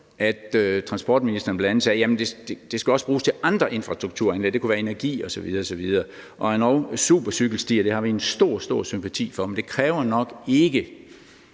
at transportministeren bl.a. sagde, at det også skal bruges til andre infrastrukturanlæg. Det kunne være energi osv. osv. og endog supercykelstier, som vi har en stor, stor sympati for. Men det kræver nok ikke